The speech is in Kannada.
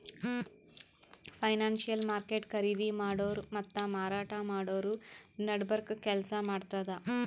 ಫೈನಾನ್ಸಿಯಲ್ ಮಾರ್ಕೆಟ್ ಖರೀದಿ ಮಾಡೋರ್ ಮತ್ತ್ ಮಾರಾಟ್ ಮಾಡೋರ್ ನಡಬರ್ಕ್ ಕೆಲ್ಸ್ ಮಾಡ್ತದ್